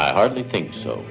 i hardly think so